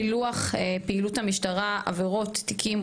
פילוח פעילות המשטרה - עבירות תיקום,